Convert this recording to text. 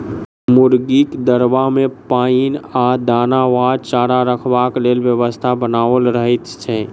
मुर्गीक दरबा मे पाइन आ दाना वा चारा रखबाक लेल व्यवस्था बनाओल रहैत छै